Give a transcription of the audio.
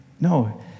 no